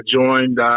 joined –